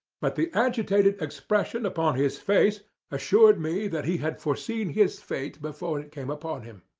but the agitated expression upon his face assured me that he had foreseen his fate before it came upon him.